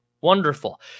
wonderful